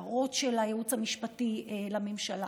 הערות של הייעוץ המשפטי לממשלה.